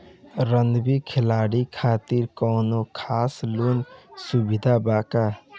Rugby खिलाड़ी खातिर कौनो खास लोन सुविधा बा का?